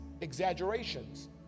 exaggerations